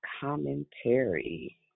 commentary